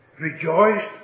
Rejoiced